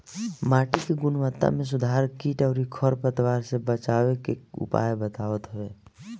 माटी के गुणवत्ता में सुधार कीट अउरी खर पतवार से बचावे के उपाय बतावत हवे